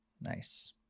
Nice